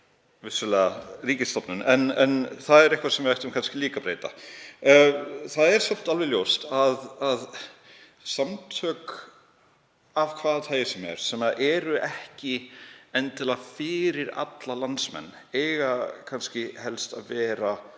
vissulega ríkisstofnun. En það er eitthvað sem við ættum kannski líka að breyta. Það er samt alveg ljóst að samtök af hvaða tagi sem er, sem eru ekki endilega fyrir alla landsmenn, eiga helst að vera